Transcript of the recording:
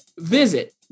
visit